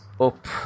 up